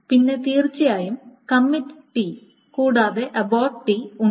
പിന്നെ തീർച്ചയായും commit T കൂടാതെ അബോർട്ട് ടി ഉണ്ട്